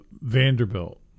Vanderbilt